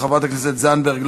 חברת הכנסת זנדברג,